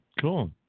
cool